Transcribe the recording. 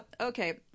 Okay